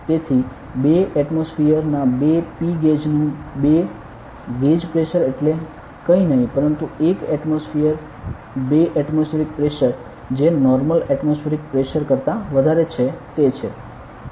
તેથી 2 એટમોસ્ફિયર ના 2 P ગેજનું 2 ગેજ પ્રેશર એટલે કંઈ નહીં પરંતુ 1 એટમોસફીયર 2 એટમોસફીયરિક પ્રેશર જે નોર્મલ એટમોસફીયરિક પ્રેશર કરતા વધારે છે તે છે